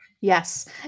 Yes